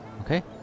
Okay